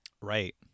Right